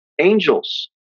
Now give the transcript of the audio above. angels